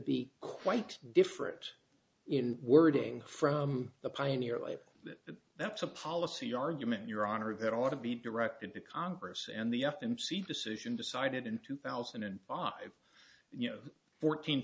be quite different in wording from the pioneer label that that's a policy argument your honor that ought to be directed to congress and the f m c decision decided in two thousand and five you know fourteen